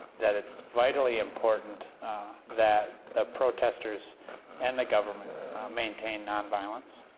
that it's vitally important that the protesters and the government maintain non-violence,